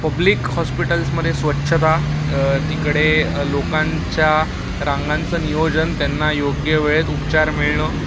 public हॉस्पिटल्समध्ये स्वच्छता तिकडे लोकांच्या रांगांचं नियोजन त्यांना योग्य वेळेत उपचार मिळणं